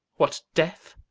what, deaf?